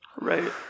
Right